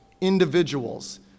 individuals